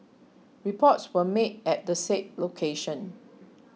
reports were made at the said location